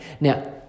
now